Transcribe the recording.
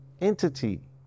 entity